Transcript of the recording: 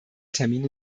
termine